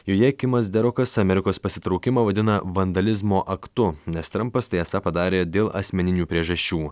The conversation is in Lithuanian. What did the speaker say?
joje kimas derokas amerikos pasitraukimą vadina vandalizmo aktu nes trampas tai esą padarė dėl asmeninių priežasčių